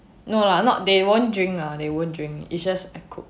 no lah not they won't drink lah they won't drink is just I cook